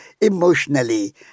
emotionally